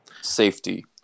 safety